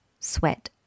sweat